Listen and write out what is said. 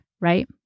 Right